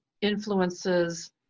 influences